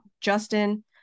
justin